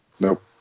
Nope